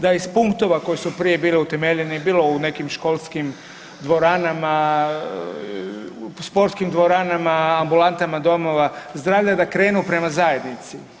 Da iz punktova koji su prije bili utemeljeni bilo u nekim školskim dvoranama, sportskim dvoranama, ambulantama domova zdravlja da krenu prema zajednici.